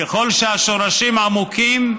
ככל שהשורשים עמוקים,